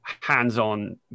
hands-on